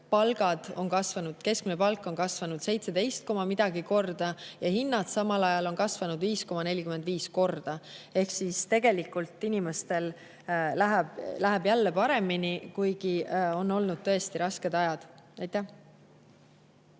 kasvanud 26 korda, keskmine palk on kasvanud 17 koma millegagi korda ja hinnad on samal ajal kasvanud 5,45 korda. Ehk siis tegelikult inimestel läheb jälle paremini, kuigi on olnud tõesti rasked ajad. Riina